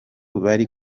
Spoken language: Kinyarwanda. bari